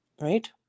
right